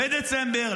בדצמבר,